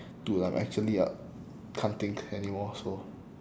dude I'm actually I can't think anymore so